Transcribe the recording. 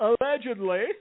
Allegedly